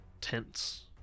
tents